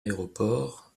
aéroport